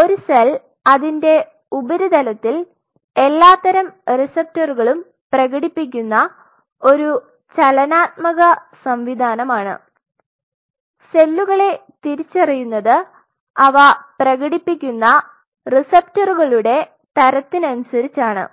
ഒരു സെൽ അതിന്റെ ഉപരിതലത്തിൽ എല്ലാത്തരം റിസപ്റ്ററുകളും പ്രകടിപ്പിക്കുന്ന ഒരു ചലനാത്മക സംവിധാനമാണ് സെല്ലുകളെ തിരിച്ചറിയുന്നത് അവ പ്രകടിപ്പിക്കുന്ന റിസപ്റ്ററുകളുടെ തരത്തിനനുസരിച്ചാണ്